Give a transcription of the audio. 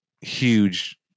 huge